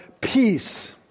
peace